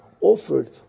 offered